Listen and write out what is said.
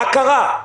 מה קרה?